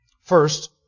First